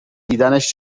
دیدنش